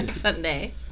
Sunday